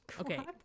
okay